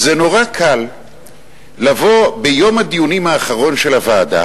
זה נורא קל לבוא ביום הדיונים האחרון של הוועדה